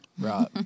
right